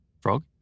Frog